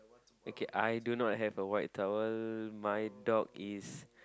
okay I do not have a white towel my dog is